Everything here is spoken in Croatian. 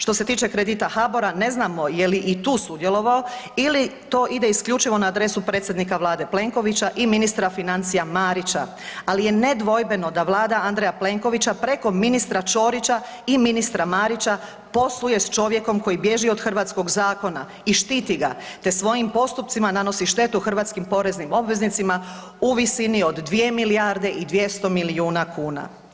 Što se tiče kredita HBOR-a ne znamo je li i tu sudjelovao ili to ide isključivo na adresu predsjednika Vlade Plenkovića i ministra financija Marića, ali je nedvojbeno da Vlada Andreja Plenkovića preko ministra Ćorića i ministra Marića posluje s čovjekom koji bježi od hrvatskog zakona i štiti ga te svojim postupcima nanosi štetu hrvatskim poreznim obveznicima u visini od 2 milijarde i 200 milijuna kuna.